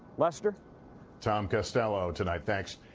lester tom costello tonight, thanks.